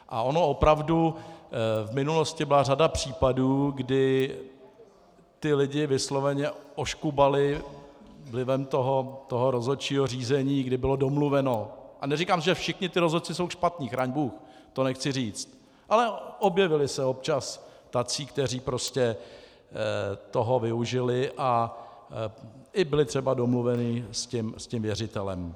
A ono opravdu v minulosti byla řada případů, kdy ty lidi vysloveně oškubali vlivem toho rozhodčího řízení, kdy bylo domluveno a neříkám, že všichni ti rozhodci jsou špatní, chraň bůh, to nechci říct, ale objevili se občas tací, kteří prostě toho využili a byli třeba i domluvení s tím věřitelem.